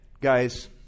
guys